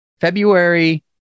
february